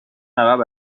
عقب